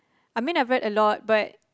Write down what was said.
I mean I read a lot but